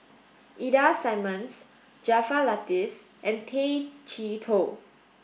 Ida Simmons Jaafar Latiff and Tay Chee Toh